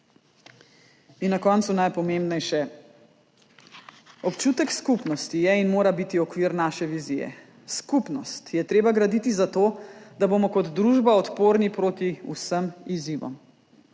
In na koncu najpomembnejše. Občutek skupnosti je in mora biti okvir naše vizije. Skupnost je treba graditi za to, da bomo kot družba odporni proti vsem izzivom,